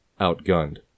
outgunned